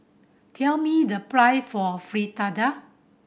tell me the for Fritada